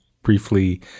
Briefly